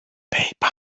paper